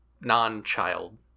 non-child